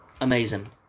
Amazing